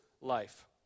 life